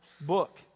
book